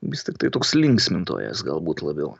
vis tiktai toks linksmintojas galbūt labiau